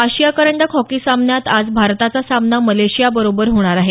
आशिया करंडक हॉकी सामन्यात आज भारताचा सामना मलेशियाबरोबर होणार आहे